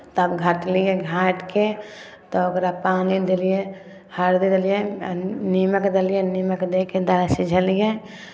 तब घाटलियै घाटि कऽ तब ओकरा पानि देलियै हरदि देलियै आ निमक देलियै निमक दए कऽ दालि सिझेलियै